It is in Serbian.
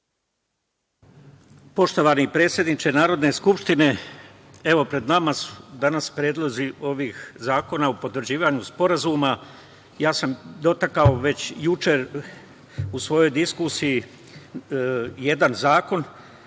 Poštovani predsedniče Narodne skupštine, evo pred nama su danas predlozi ovih zakona o potvrđivanju sporazuma. Ja sam dotakao već juče u svojoj diskusiji jedan zakon.